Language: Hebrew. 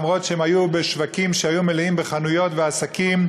אף-על-פי שהם היו בשווקים שהיו מלאים בחנויות ועסקים,